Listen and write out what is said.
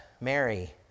Mary